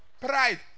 Pride